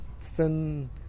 thin